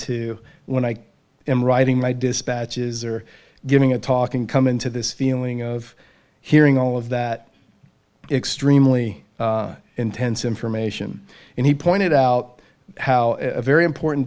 onto when i am writing my dispatches or giving a talk and come into this feeling of hearing all of that extremely intense information and he pointed out how a very important